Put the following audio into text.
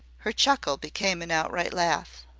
her chuckle became an outright laugh.